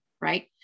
right